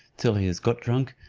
till he has got drunk,